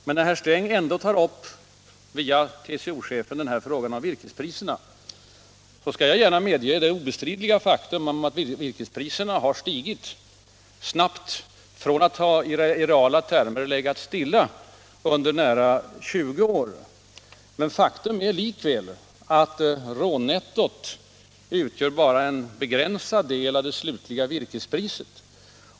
När herr Sträng ändå, via TCO-chefen, tar upp frågan om virkespriserna, skall jag gärna medge det obestridliga faktum att virkespriserna har stigit snabbt, från att i reala termer ha legat stilla under nära 20 år. Faktum är likväl att rånettot utgör bara en begränsad del av det slutliga virkespriset.